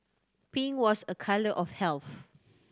pink was a colour of health